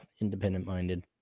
independent-minded